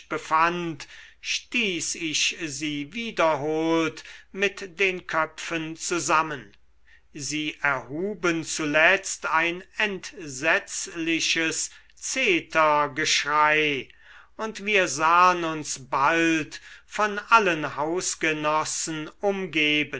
befand stieß ich sie wiederholt mit den köpfen zusammen sie erhuben zuletzt ein entsetzliches zetergeschrei und wir sahen uns bald von allen hausgenossen umgeben